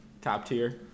top-tier